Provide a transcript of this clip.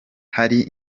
hari